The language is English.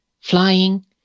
flying